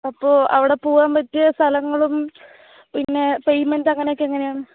അപ്പോള് അവിടെ പോകാൻ പറ്റിയ സ്ഥലങ്ങളും പിന്നെ പേയ്മെൻറ്റ് അങ്ങനൊക്കെ എങ്ങനെയാണ്